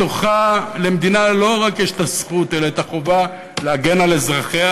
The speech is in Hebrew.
מציאות שבתוכה למדינה יש לא רק הזכות אלא החובה להגן על אזרחיה,